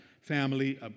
Family